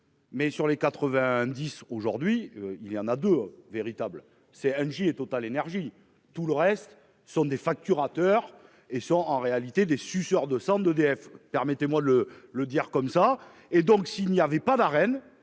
Mais sur les 90 aujourd'hui. Il y en a de véritables c'est Angie et Total énergies tout le reste sont des factures Rather et sont en réalité des suceurs de sang d'EDF. Permettez-moi le. Le dire comme ça, et donc si il n'y avait pas d'reine